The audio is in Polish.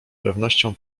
pewnością